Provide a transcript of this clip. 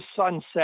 sunset